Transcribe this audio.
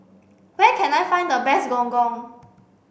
where can I find the best gong gong